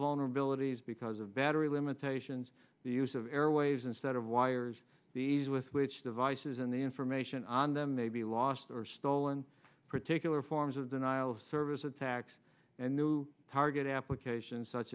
vulnerabilities because of battery limitations the use of airwaves instead of wires the ease with which devices and the information on them may be lost or stolen particular forms of denial of service attacks and new target applications such